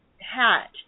Hat